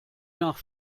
nach